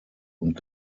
und